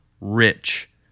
rich